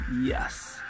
Yes